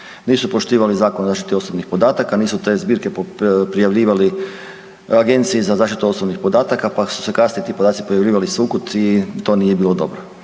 Nisu poštivali zakon o zašiti osobnih podataka, nisu te zbirke prijavljivali Agenciji za zaštitu osobnih podataka pa su se kasnije ti podaci pojavljivali svukud i to nije bilo dobro.